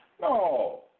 No